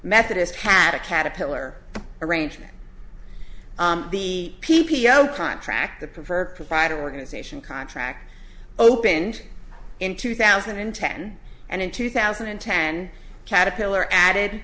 methodist had a caterpillar arrangement the p p o contract the preferred provider organization contract opened in two thousand and ten and in two thousand and ten caterpillar added